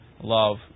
love